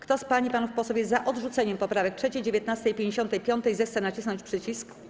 Kto z pań i panów posłów jest za odrzuceniem poprawek 3., 19. i 55., zechce nacisnąć przycisk.